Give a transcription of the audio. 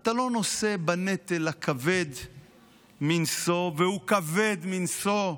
אתה לא נושא בנטל הכבד מנשוא, והוא כבד מנשוא,